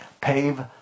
Pave